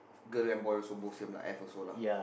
girl then boy also both same lah F also lah